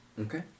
Okay